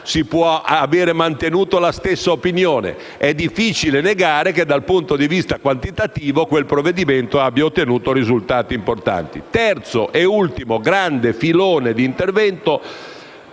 può aver mantenuto la stessa opinione, ma è difficile negare che dal punto di vista quantitativo quel provvedimento abbia ottenuto risultati importanti. Terzo e ultimo grande filone di intervento,